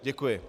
Děkuji.